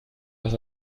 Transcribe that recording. was